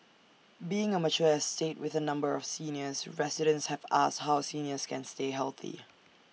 being A mature estate with A number of seniors residents have asked how seniors can stay healthy